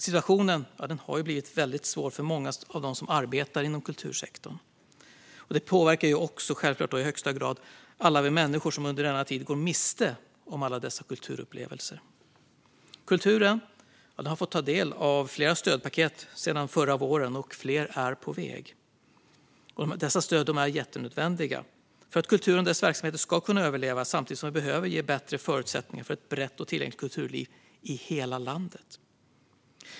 Situationen har blivit väldigt svår för många av dem som arbetar inom kultursektorn. Detta påverkar självklart också i högsta grad alla oss människor som under denna tid går miste om alla dessa kulturupplevelser. Kulturen har fått ta del av flera stödpaket sedan förra våren, och fler är på väg. Dessa stöd är jättenödvändiga för att kulturen och dess verksamheter ska kunna överleva, samtidigt som vi behöver ge bättre förutsättningar för ett brett och tillgängligt kulturliv i hela landet.